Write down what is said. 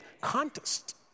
contest